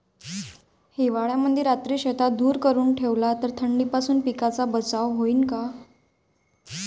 हिवाळ्यामंदी रात्री शेतात धुर करून ठेवला तर थंडीपासून पिकाचा बचाव होईन का?